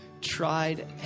tried